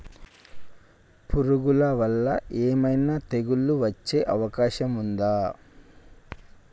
పురుగుల వల్ల ఏమైనా తెగులు వచ్చే అవకాశం ఉందా?